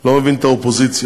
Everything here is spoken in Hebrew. לא מבין את האופוזיציה.